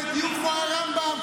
כשתהיו כמו הרמב"ם,